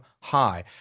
high